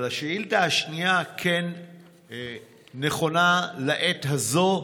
אבל השאילתה השנייה כן נכונה לעת הזאת,